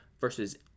versus